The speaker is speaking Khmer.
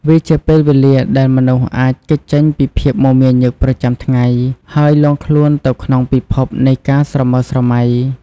វាជាពេលវេលាដែលមនុស្សអាចគេចចេញពីភាពមមាញឹកប្រចាំថ្ងៃ ហើយលង់ខ្លួនទៅក្នុងពិភពនៃការស្រមើលស្រមៃ។